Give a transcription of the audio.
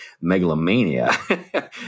megalomania